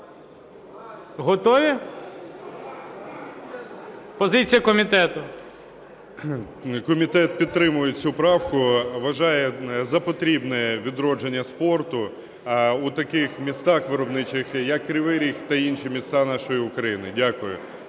Готові? Позиція комітету. 12:47:13 ТРУХІН О.М. Комітет підтримує цю правку. Вважаємо за потрібне відродження спорту у таких містах виробничих як Кривий Ріг та інші міста нашої України. Дякую.